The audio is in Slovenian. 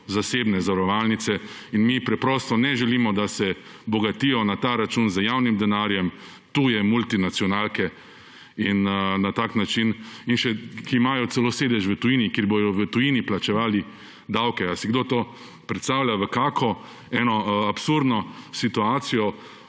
zasebne zavarovalnice. Mi preprosto ne želimo, da se na tak način bogatijo na ta račun z javnim denarjem tuje multinacionalke, ki imajo celo sedež v tujini in bodo v tujini plačevale davke. Ali si kdo to predstavlja, v kakšno absurdno situacijo